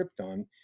Krypton